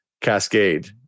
cascade